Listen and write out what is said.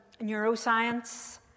neuroscience